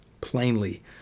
plainly